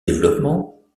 développement